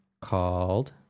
called